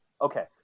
Okay